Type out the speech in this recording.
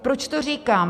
Proč to říkám?